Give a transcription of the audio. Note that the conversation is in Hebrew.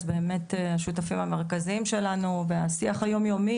אז באמת הם השותפים המרכזיים שלנו בשיח היום יומי